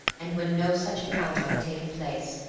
and when no such encounter had taken place,